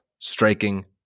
Striking